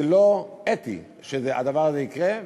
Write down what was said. זה לא אתי שהדבר הזה יקרה,